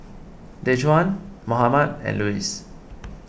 Dejuan Mohammed and Luis